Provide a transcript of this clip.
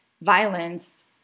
violence